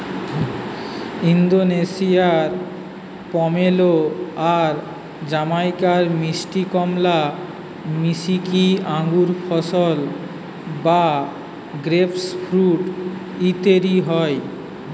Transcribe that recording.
ওন্দোনেশিয়ার pomelo আর জামাইকার মিষ্টি কমলা মিশিকি আঙ্গুরফল বা গ্রেপফ্রূট তইরি হয়